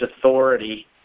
authority